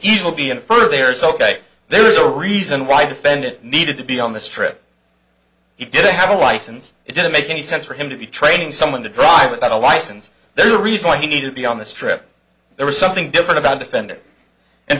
easily be inferred there is ok there's a reason why defendant needed to be on the strip he didn't have a license it didn't make any sense for him to be training someone to drive without a license there's a reason why he needed to be on this trip there was something different about defending and